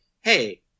Hey